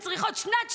והן צריכות שנת שיקום.